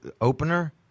opener